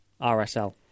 RSL